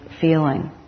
feeling